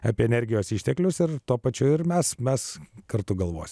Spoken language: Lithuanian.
apie energijos išteklius ir tuo pačiu ir mes mes kartu galvoti